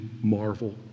marvel